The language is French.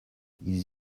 ils